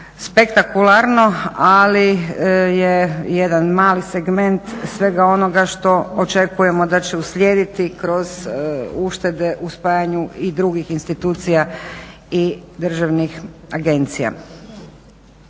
spektakularno ali je jedan mali segment svega onoga što očekujemo da će uslijediti kroz uštede u spajanju i drugih institucija i državnih agencija.